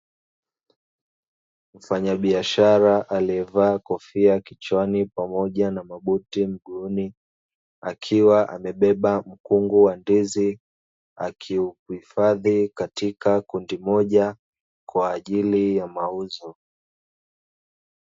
Mfanyabiashara aliyevaa kofia kichwani, pamoja na mabuti mguuni, akiwa amebeba mkungu wa ndizi, akiuhifadhi katika kundi moja kwa ajili ya mauzo.